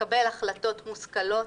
לקבל החלטות מושכלות,